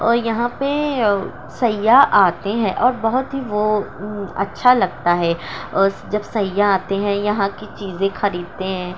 اور یہاں پہ سیّاح آتے ہیں اور بہت ہی وہ اچھا لگتا ہے جب سیاح آتے ہیں یہاں کی چیزیں خریدتے ہیں